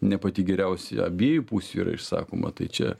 ne pati geriausia abiejų pusių yra išsakoma tai čia